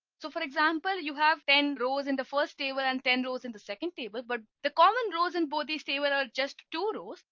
so for example, you have ten rows in the first table and ten rows in the second table, but the common rose in both these table are just two rows.